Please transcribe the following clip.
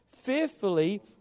fearfully